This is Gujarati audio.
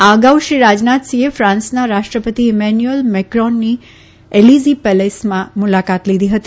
આ અગાઉ શ્રી રાજનાથસિંહે ફાન્સના રાષ્ટ્રપતિ ઈમેન્યુઅલ મેક્રોનની એલીઝી પેલેસમાં મુલાકાત લીધી હતી